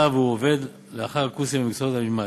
שהוא עובד לאחר הקורס במקצוע הנלמד.